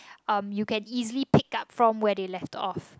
um you can easily pick up from where they left off